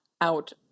out